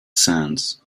sands